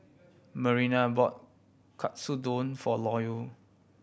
Marina bought Katsudon for Loyal